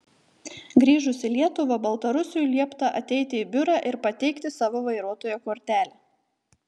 grįžus į lietuvą baltarusiui liepta ateiti į biurą ir pateikti savo vairuotojo kortelę